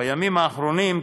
ובימים האחרונים,